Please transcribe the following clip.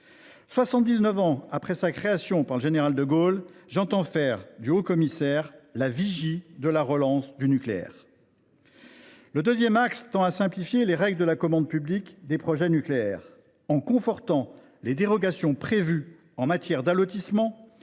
ans après sa création par le général de Gaulle, faire du HCEA la vigie de la relance du nucléaire. Le deuxième axe vise à simplifier les règles de la commande publique pour les projets nucléaires, en confortant les dérogations prévues en matière d’allotissement,